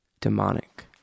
demonic